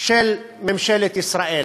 של ממשלת ישראל,